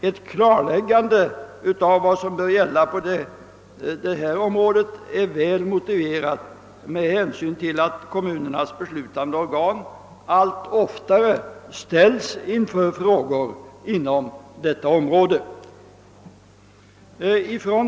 Ett klarläggande av vad som bör gälla på detta område är väl motiverat med hänsyn till att kommunernas beslutande organ allt oftare ställs inför frågor av denna art.